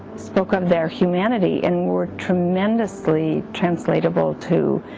spoke of their humanity and were tremendously translatable to